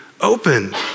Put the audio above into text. open